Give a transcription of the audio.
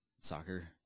soccer